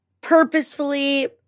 purposefully